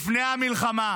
לפני המלחמה